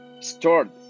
stored